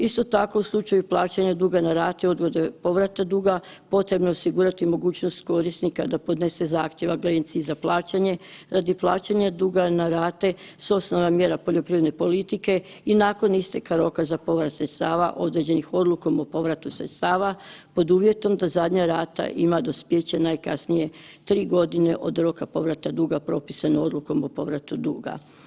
Isto tako, u slučaju plaćanja duga na rate i odgode povrata duga, potrebno je osigurati mogućnost korisnika da podnese zahtjev Agenciji za plaćanje radi plaćanja duga na rate s osnova mjera poljoprivrede politike i nakon isteka roka za povrat sredstava određenih odlukom o povratu sredstava pod uvjetom da zadnja rata ima dospijeće najkasnije tri godine od roka povrata duga propisanog Odlukom o povratu duga.